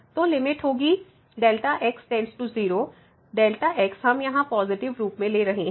तो लिमिट होगी Δ x → 0 Δx हम यहां पॉजिटिव रूप में ले रहे हैं